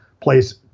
place